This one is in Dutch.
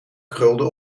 krulde